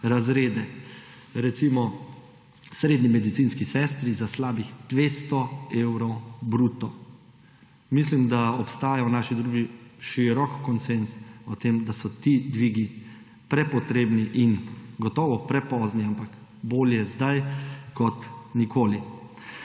razrede. Recimo, srednji medicinski sestri za slabih 200 evrov bruto. Mislim, da obstaja v naši družbi širok konsenz o tem, da so ti dvigi prepotrebni in gotovo prepozni, ampak bolje sedaj kot nikoli.